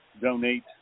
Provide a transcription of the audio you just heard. donate